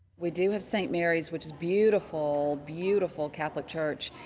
we do have st. mary's, which is beautiful, beautiful catholic church,